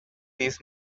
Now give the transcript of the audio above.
this